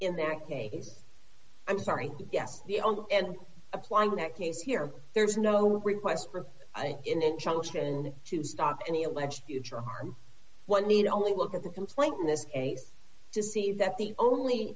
in their case i'm sorry yes the only and applying that case here there's no request for an injunction to stop any alleged future harm one need only look at the complaint in this case to see that the only